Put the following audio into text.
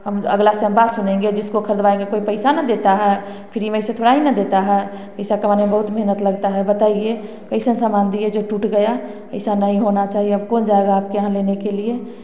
अगला से बात सुनेंगे जिस को खरीदवाएँगे कोई पैसा ना देता है फ्री में ऐसा थोड़ी ना देता है पईसा कमाने में बहुत मेहनत लगता है बताइए कैसा सामान दिए जो टूट गया ऐसा नहीं होना चाहिए अब कौन जाएगा आपके यहाँ लेने के लिए